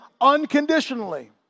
unconditionally